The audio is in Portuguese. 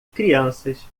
crianças